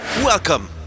Welcome